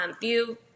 view